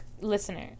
listener